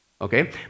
Okay